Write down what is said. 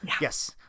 Yes